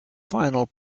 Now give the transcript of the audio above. final